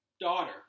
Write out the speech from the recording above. daughter